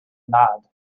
nod